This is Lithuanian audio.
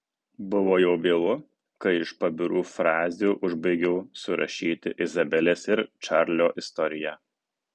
buvo jau vėlu kai iš pabirų frazių užbaigiau surašyti izabelės ir čarlio istoriją